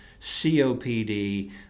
COPD